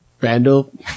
Randall